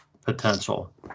potential